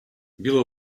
біла